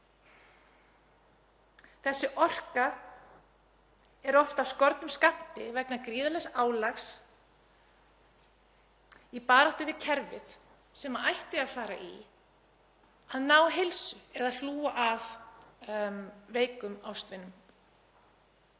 Þessi orka er oft af skornum skammti vegna gríðarlegs álags í baráttu við kerfið, orka sem ætti að fara í að ná heilsu eða hlúa að veikum ástvinum.